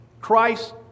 Christ